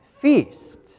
feast